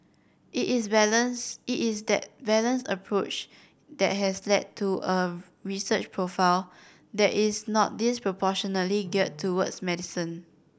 it is balance it is that balanced approach that has led to a research profile that is not disproportionately geared towards medicine